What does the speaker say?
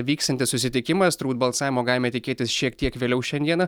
vyksiantis susitikimas turbūt balsavimo galime tikėtis šiek tiek vėliau šiandieną